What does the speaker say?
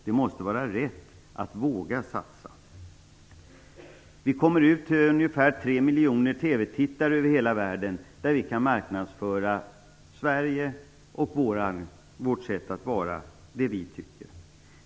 Det måste vara rätt att våga satsa. Vi kommer ut till ungefär 3 miljoner TV-tittare över hela världen, där vi kan marknadsföra Sverige, vårt sätt att vara och vad vi tycker.